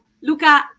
Luca